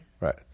Right